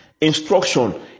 Instruction